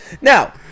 Now